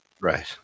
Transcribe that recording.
Right